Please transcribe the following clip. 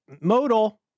modal